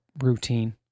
routine